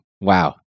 Wow